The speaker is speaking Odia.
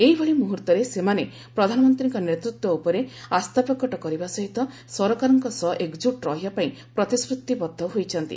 ଏହିଭଳି ମୁହୂର୍ତ୍ତରେ ସେମାନେ ପ୍ରଧାନମନ୍ତ୍ରୀଙ୍କ ନେତୃତ୍ୱ ଉପରେ ଆସ୍ଥାପ୍ରକଟ କରିବା ସହିତ ସରକାରଙ୍କ ସହ ଏକଜୁଟ ରହିବା ପାଇଁ ପ୍ରତିଶ୍ରତିବଦ୍ଧ ହୋଇଛନ୍ତି